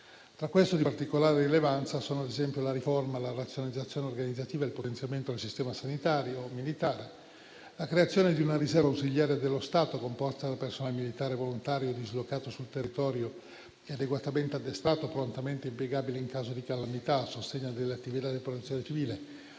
Tra questi, di particolare rilevanza sono, ad esempio, la riforma, la razionalizzazione organizzativa e il potenziamento del sistema sanitario militare, la creazione di una riserva ausiliare dello Stato, composta da personale militare volontario dislocato sul territorio e adeguatamente addestrato, prontamente impiegabile in caso di calamità, a sostegno delle attività di protezione civile